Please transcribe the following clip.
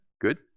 good